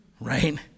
right